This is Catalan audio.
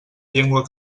llengua